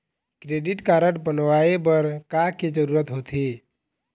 Credit card बनवाए बर का के जरूरत होते?